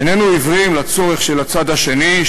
איננו עיוורים לצורך של הצד השני,